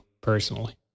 personally